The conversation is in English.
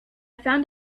found